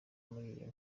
muri